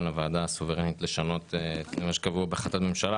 הוועדה סוברנית לשנות את מה שקבוע בהחלטת הממשלה